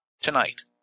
Tonight